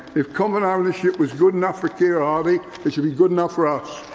if common ownership was good enough for key hardie, it should be good enough for us.